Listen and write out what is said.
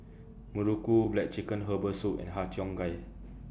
Muruku Black Chicken Herbal Soup and Har Cheong Gai